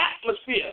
atmosphere